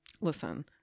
Listen